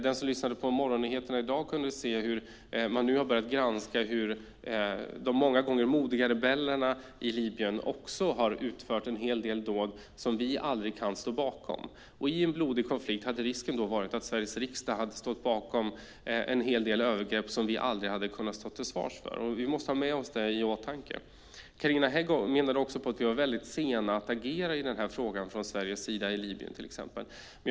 Den som lyssnade på morgonnyheterna i dag kunde höra att man nu har börjat granska hur de många gånger modiga rebellerna i Libyen också har utfört en hel del dåd som vi aldrig kan stå bakom. I en blodig konflikt hade risken varit att Sveriges riksdag hade ställt sig bakom en hel del övergrepp som vi aldrig hade kunnat försvara. Vi måste ha det i åtanke. Carina Hägg menade också att vi från Sveriges sida var väldigt sena att agera när det gällde till exempel Libyen.